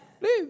leave